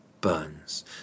burns